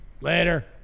Later